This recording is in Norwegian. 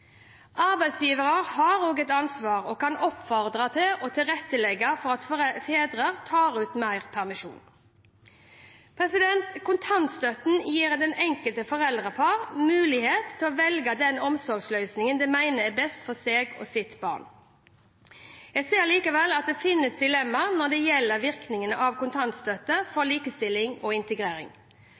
Arbeidsgivere har også et ansvar og kan oppfordre til og tilrettelegge for at fedre tar ut mer permisjon. Kontantstøtten gir det enkelte foreldrepar mulighet til å velge den omsorgsløsningen de mener er best for seg og sitt barn. Jeg ser likevel at det finnes dilemmaer når det gjelder virkningen av kontantstøtte for likestilling og integrering.